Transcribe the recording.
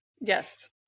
Yes